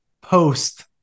post